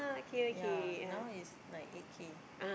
ya now is like eight K